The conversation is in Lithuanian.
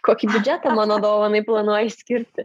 kokį biudžetą mano dovanai planuoji skirti